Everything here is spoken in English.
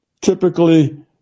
Typically